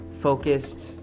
focused